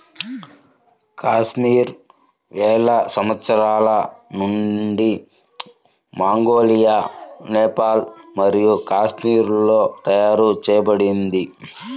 కాశ్మీర్ వేల సంవత్సరాల నుండి మంగోలియా, నేపాల్ మరియు కాశ్మీర్లలో తయారు చేయబడింది